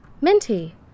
Minty